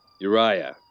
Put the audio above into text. Uriah